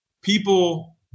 people